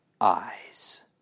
eyes